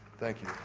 thank you.